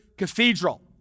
Cathedral